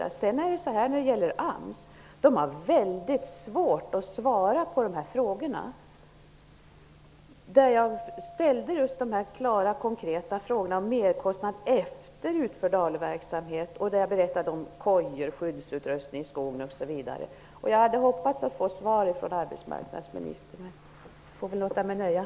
AMS har svårt att svara på frågorna. Jag har ställt dessa klara och konkreta frågor om merkostnader efter utförd ALU-verksamhet. Jag har berättat om kojor, skyddsutrustning i skogen osv. Jag hade hoppats att få svar från arbetsmarknadsministern, men jag får väl låta mig nöjas.